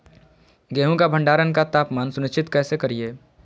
गेहूं का भंडारण का तापमान सुनिश्चित कैसे करिये?